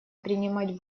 принимать